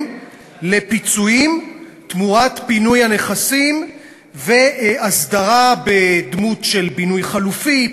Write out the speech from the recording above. לפיצויים תמורת פינוי הנכסים והסדרה בדמות של בינוי חלופי,